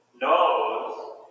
knows